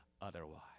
otherwise